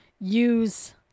use